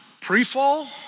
pre-fall